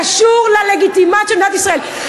זה קשור ללגיטימציה של מדינת ישראל.